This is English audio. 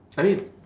I mean